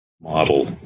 model